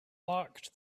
locked